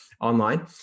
online